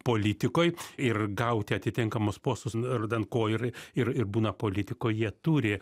politikoj ir gauti atitinkamus postus vardan ko ir ir ir būna politikoj jie turi